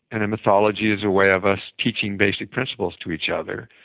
and a mythology is a way of us teaching basic principles to each other,